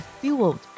fueled